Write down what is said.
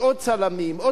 עוד טלוויזיות,